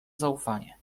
zaufanie